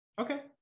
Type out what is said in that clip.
Okay